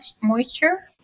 moisture